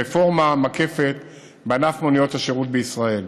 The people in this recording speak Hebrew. רפורמה מקפת בענף מוניות השירות בישראל.